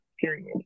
period